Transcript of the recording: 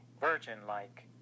virgin-like